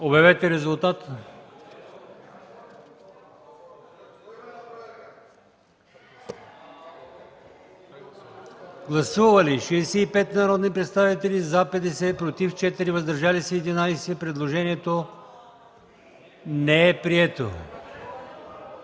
обичате. Гласували 135 народни представители: за 58, против 66, въздържали се 11. Предложението не е прието.